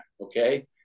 okay